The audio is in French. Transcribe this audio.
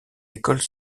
écoles